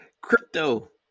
Crypto